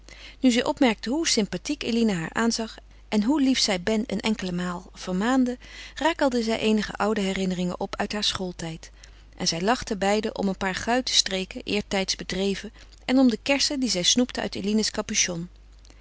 nu zij opmerkte hoe sympathiek eline haar aanzag en hoe lief zij ben een enkele maal vermaande rakelde zij eenige oude herinneringen op uit haar schooltijd en zij lachten beiden om een paar guitenstreken eertijds bedreven en om de kersen die zij snoepten uit eline's capuchon